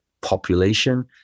population